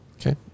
okay